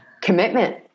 commitment